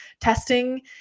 testing